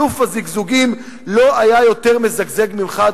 אלוף הזיגזוגים לא היה מזגזג יותר ממך,